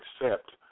Accept